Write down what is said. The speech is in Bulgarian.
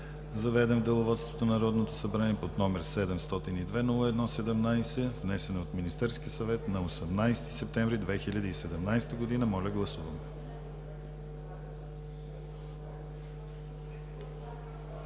заведен в Деловодството на Народното събрание под № 702-01-17, внесен от Министерския съвет на 18 септември 2017 г. Гласували